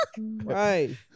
Right